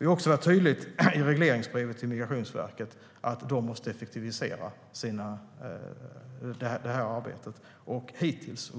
Vi har också varit tydliga i regleringsbrevet till Migrationsverket med att de måste effektivisera det här arbetet. Hittills